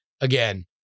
again